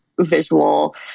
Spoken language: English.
visual